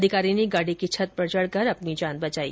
अधिकारी ने गाड़ी की छत पर चढकर अपनी जान बचाई